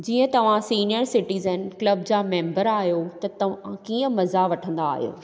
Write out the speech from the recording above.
जीअं तव्हां senior citizen club जा मेम्बर आहियो त तव्हां कीअं मज़ा वठंदा आहियो